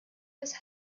des